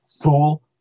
fool